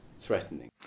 threatening